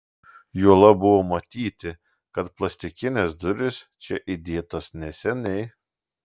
juolab buvo matyti kad plastikinės durys čia įdėtos neseniai